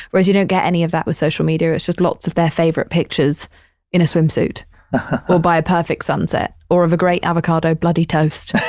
whereas you don't get any of that with social media. it's just lots of their favorite pictures in a swimsuit. or by a perfect sunset or of a great avocado bloody toast.